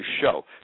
show